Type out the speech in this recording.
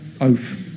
oath